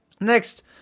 Next